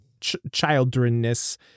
childreness